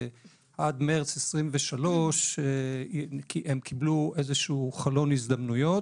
ועד מרץ 2023 הם קיבלו איזשהו חלון הזדמנויות,